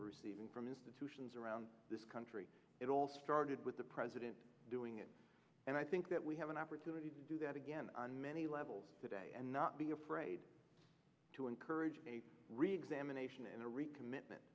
receiving from institutions around this country it all started with the president doing it and i think that we have an opportunity to do that again on many levels today and not be afraid to encourage a reexamin